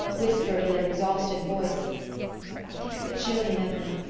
whispered in an exhausted voice think of the children, edna.